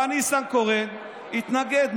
בא ניסנקורן, התנגד.